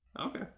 Okay